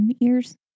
ears